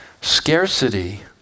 Scarcity